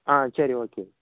ஆ சரி ஓகே